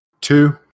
Two